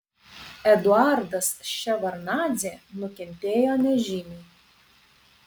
eduardas ševardnadzė nukentėjo nežymiai